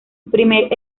primer